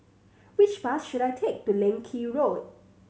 which bus should I take to Leng Kee Road